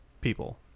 people